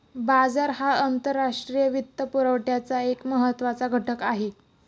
बाजार हा आंतरराष्ट्रीय वित्तपुरवठ्याचा एक महत्त्वाचा घटक आहे